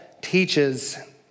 teaches